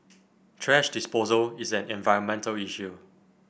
thrash disposal is an environmental issue